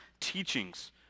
teachings